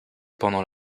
pendant